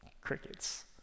Crickets